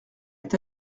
est